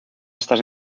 estas